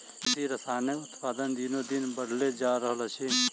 कृषि रसायनक उत्पादन दिनोदिन बढ़ले जा रहल अछि